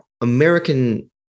American